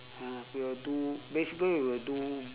uh we will do basically we will do